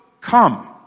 come